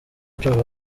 icumi